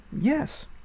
Yes